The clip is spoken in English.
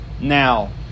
now